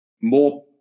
more